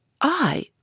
I